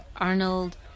Arnold